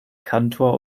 kantor